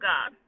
God